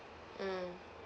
mm